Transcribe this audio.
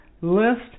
list